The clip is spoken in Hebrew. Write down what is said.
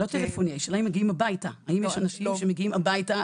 השאלה אם יש אנשים שמגיעים לבית?